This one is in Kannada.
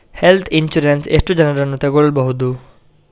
ಹೆಲ್ತ್ ಇನ್ಸೂರೆನ್ಸ್ ಎಷ್ಟು ಜನರನ್ನು ತಗೊಳ್ಬಹುದು?